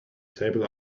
table